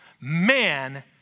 man